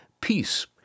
peace